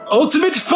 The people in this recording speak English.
ultimate